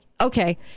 okay